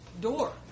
door